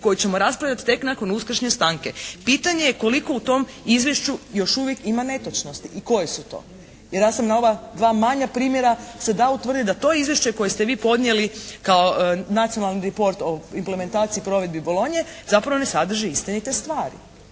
koju ćemo raspravljati tek nakon uskrsne stanke. Pitanje je koliko u tom izvješću još uvijek ima netočnosti? I koje su to? Jer ja sam na ova dva manja primjera se da utvrditi da to izvješće koje ste vi podnijeli kao nacionalni report o implementaciji i provedbi Bolonje zapravo ne sadrži istinite stvari.